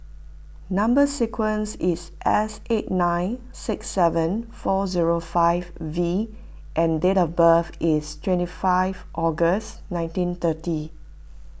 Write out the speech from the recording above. Number Sequence is S eight nine six seven four zero five V and date of birth is twenty five August nineteen thirty